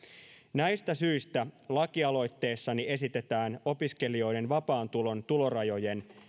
näistä syistä lakialoitteessani esitetään opiskelijoiden vapaan tulon tulorajojen